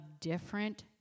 different